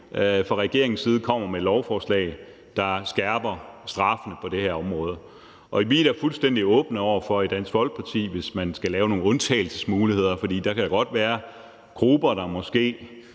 fra regeringens side kommer med lovforslag, der skærper straffene på det her område. Og vi er da fuldstændig åbne over for det i Dansk Folkeparti, hvis man skal lave nogle undtagelsesmuligheder, for der kan godt være grupper, der måske